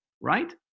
right